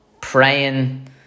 praying